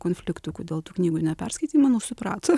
konfliktų kodėl tų knygų neperskaitei manau suprato